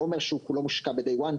לא אומר שהוא כולו מושקע ב-day one.